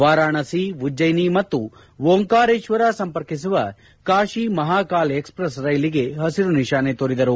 ವಾರಣಾಸಿ ಉಜ್ಜಯಿನಿ ಮತ್ತು ಓಂಕಾರೇತ್ತರ ಸಂಪರ್ಕಿಸುವ ಕಾಶಿ ಮಹಾಕಾಲ್ ಎಕ್ಪ್ಪೆಸ್ ರೈಲಿಗೆ ಪಸಿರು ನಿಶಾನೆ ತೋರಿದರು